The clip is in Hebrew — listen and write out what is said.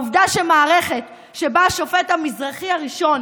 העובדה שמערכת שבה השופט המזרחי הראשון